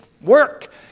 work